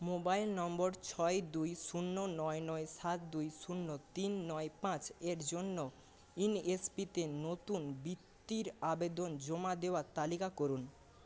mobile নম্বর ছয় দুই শূন্য নয় নয় সাত দুই শূন্য তিন নয় পাঁঁচ এর জন্য ইনএসপিতে নতুন বৃত্তির আবেদন জমা দেওয়ার তালিকা করুন